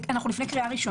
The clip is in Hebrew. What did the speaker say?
אנחנו לפני קריאה ראשונה.